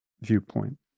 viewpoint